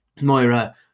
Moira